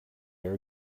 are